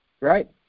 Right